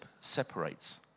separates